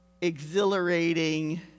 exhilarating